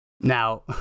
Now